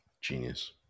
Genius